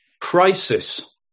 crisis